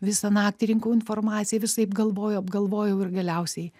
visą naktį rinkau informaciją visaip galvojau apgalvojau ir galiausiai